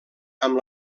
amb